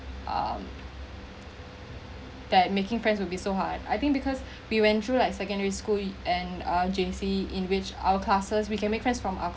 um that making friends would be so hard I think because we went through like secondary school and uh J_C in which our classes we can make friends from our